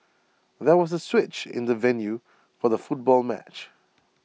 there was A switch in the venue for the football match